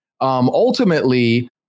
Ultimately